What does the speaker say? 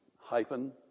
hyphen